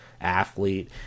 athlete